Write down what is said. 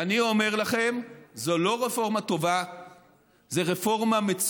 אני אומר לכם: זו לא רפורמה טובה,